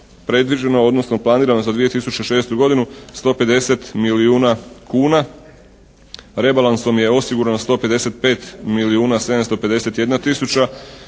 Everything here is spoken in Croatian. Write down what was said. predviđeno, odnosno planirano za 2006. godinu 150 milijuna kuna. Rebalansom je osigurano 155 milijuna 751 tisuća.